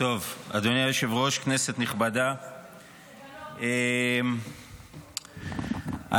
אדוני היושב-ראש, כנסת נכבדה, ההיגיון